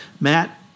Matt